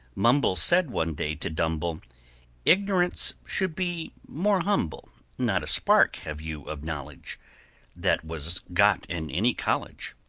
mumble said one day to dumble ignorance should be more humble. not a spark have you of knowledge that was got in any college.